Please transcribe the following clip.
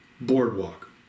Boardwalk